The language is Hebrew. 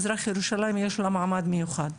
מזרח ירושלים יש לה מעמד מיוחד.